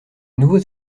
nouveaux